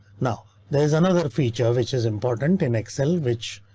now there is another feature which is important in excel which.